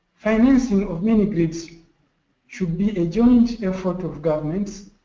financing of mini grids should be a joint effort of governments,